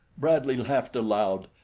bradley laughed aloud.